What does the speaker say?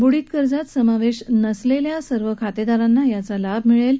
ब्डीत कर्जात समावेश नसलेल्या सर्व खातेदारांना त्याचा लाभ मिळेल